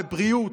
בבריאות,